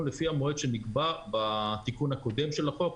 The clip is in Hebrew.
לפי המועד שנקבע בתיקון הקודם של החוק,